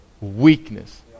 weakness